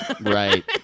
right